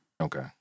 Okay